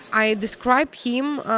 i describe him, ah,